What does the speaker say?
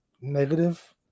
negative